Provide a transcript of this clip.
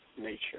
nature